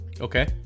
Okay